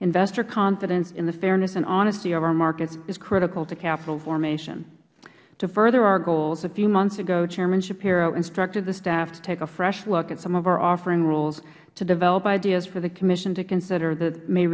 investor confidence and the fairness and honesty of our markets is critical to capital formation to further our goals a few months ago chairman schapiro instructed the staff to take a fresh look at some of our offering rules to develop ideas for the commission to consider that may